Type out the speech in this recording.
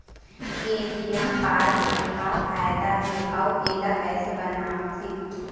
ATM card के का फायदा हे अऊ इला कैसे बनवाथे?